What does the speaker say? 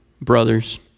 brothers